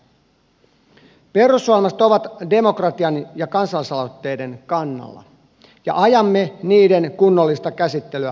perussuomalaiset ovat demokratian ja kansalaisaloitteiden kannalla ja ajamme niiden kunnollista käsittelyä valiokunnissa